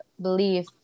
believe